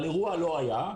אבל אירוע לא היה,